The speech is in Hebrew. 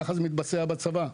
ככה זה מתבצע בצבא.